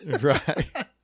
Right